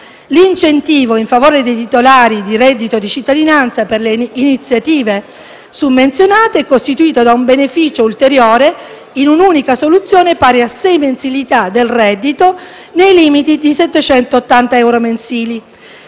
L'incentivo in favore dei titolari del reddito di cittadinanza per le iniziative summenzionate è costituito da un beneficio ulteriore, in un'unica soluzione, pari a sei mensilità del reddito di cittadinanza, nei limiti di 780 euro mensili.